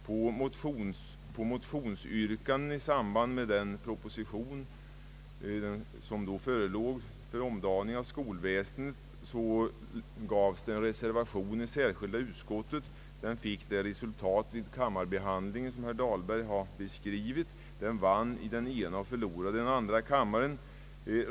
Med anledning av yrkanden i de motioner som då förelåg i samband med proposition om omdaning av skolväsendet avgavs en reservation i särskilda utskottet. Vid kammarbehandlingen blev resultatet, det som herr Dahlberg har beskrivit, att reservationen bifölls i den ena kammaren och avslogs i den andra.